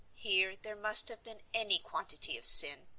here there must have been any quantity of sin.